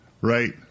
right